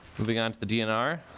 moving on to the dnr